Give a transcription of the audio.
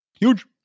huge